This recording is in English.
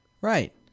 right